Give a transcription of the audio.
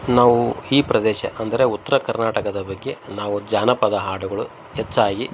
ನಾವು ಈ ಪ್ರದೇಶ ಅಂದರೆ ಉತ್ತರ ಕರ್ನಾಟಕದ ಬಗ್ಗೆ ನಾವು ಜಾನಪದ ಹಾಡುಗಳು ಹೆಚ್ಚಾಗಿ